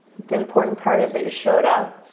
the important part is that you showed up.